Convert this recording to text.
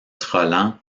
rolland